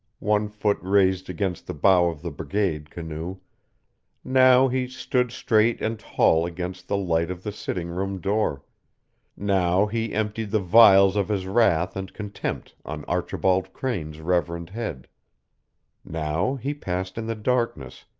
one foot raised against the bow of the brigade canoe now he stood straight and tall against the light of the sitting-room door now he emptied the vials of his wrath and contempt on archibald crane's reverend head now he passed in the darkness,